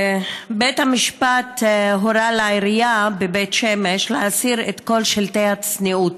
בית המשפט הורה לעירייה בבית שמש להסיר את כל "שלטי הצניעות",